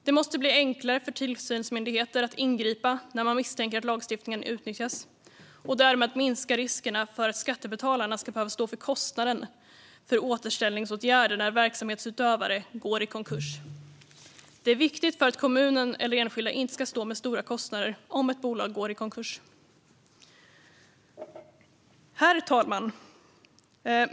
Det måste bli enklare för tillsynsmyndigheter att ingripa när de misstänker att lagstiftningen utnyttjas och därmed kunna minska riskerna för att skattebetalarna ska behöva stå för kostnaden för återställningsåtgärder när verksamhetsutövare går i konkurs. Det är viktigt för att kommunen eller enskilda inte ska stå med stora kostnader om ett bolag går i konkurs. Herr talman!